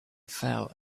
fell